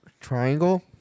Triangle